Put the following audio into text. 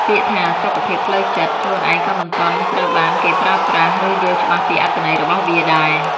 ពាក្យថា "សុខភាពផ្លូវចិត្ត" ខ្លួនឯងក៏មិនទាន់ត្រូវបានគេប្រើប្រាស់ ឬយល់ច្បាស់ពីអត្ថន័យរបស់វាដែរ។